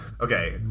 Okay